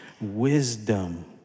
wisdom